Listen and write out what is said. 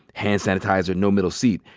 hand sanitizer, no middle seat,